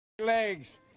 Legs